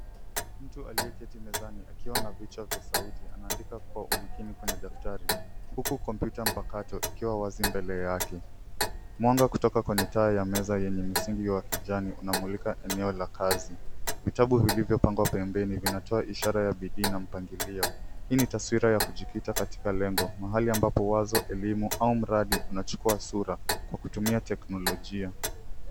Mtu aliyeketi mezani akiwa na vichwa vya sauti, akiandika kwa umakini kwenye taftari, huku kompyuta mpakato ikiwa wazi mbele yake. Mwanga kutoka kwenye taa ya meza enye msingi wa kijani inamulika eneo la kazi. Vitabu vilivyopangwa pembeni vinatoa ishara ya bidii na mpangilio. Hii ni taswira ya kujikita katika lengo, mahali ambapo wazo elimu au mradi unajukua sura kwa kutumia teknolojia.